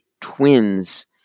twins